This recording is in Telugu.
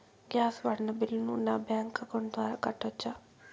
గ్యాస్ వాడిన బిల్లును నా బ్యాంకు అకౌంట్ ద్వారా కట్టొచ్చా?